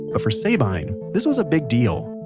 but for sabine, this was a big deal.